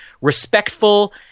respectful